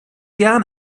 gern